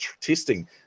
testing